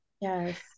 Yes